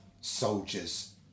soldier's